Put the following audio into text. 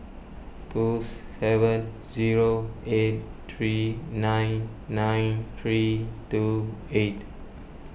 two seven zero eight three nine nine three two eight